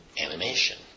animation